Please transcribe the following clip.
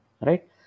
right